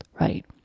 right